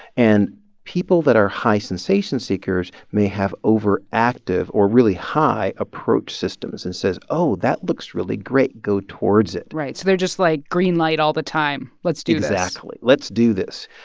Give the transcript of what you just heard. and people that are high sensation seekers may have overactive or really high approach systems and says, oh, that looks really great. go towards it right. so they're just like, green light all the time let's do this exactly. let's do this.